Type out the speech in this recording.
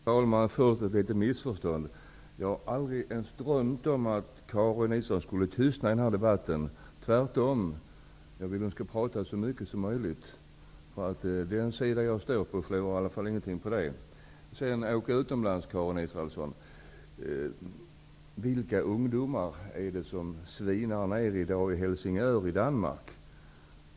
Herr talman! Först om ett litet missförstånd: Jag har aldrig ens drömt om att Karin Israelsson skulle tystna i denna debatt, tvärtom. Jag vill att hon skall prata så mycket som möjligt -- den sida som jag står på förlorar ingenting på det. När det gäller att åka utomlands, Karin Israelsson: Vilka ungdomar är det som i dag svinar ner i Helsingör i Danmark?